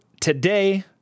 today